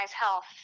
health